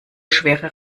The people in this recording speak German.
schwere